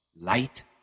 light